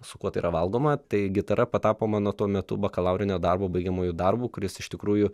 su kuo tai yra valgoma tai gitara patapo mano tuo metu bakalaurinio darbo baigiamuoju darbu kuris iš tikrųjų